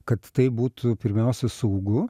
kad tai būtų pirmiausia saugu